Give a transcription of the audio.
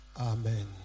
Amen